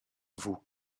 vous